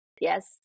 Yes